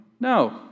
No